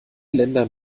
länder